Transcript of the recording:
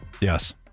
Yes